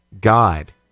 God